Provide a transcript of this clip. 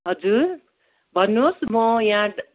हजुर भन्नु होस् मो या ढ